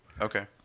Okay